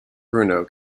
bruno